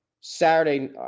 saturday